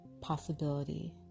possibility